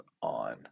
on